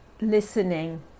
listening